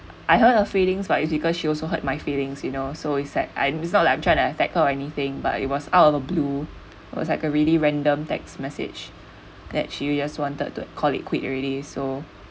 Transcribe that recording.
I hurt her feelings but because she also hurt my feelings you know so it's like I'm not trying to attack her or anything but it was out of the blue was like a really random text message that she just wanted to call it quit already so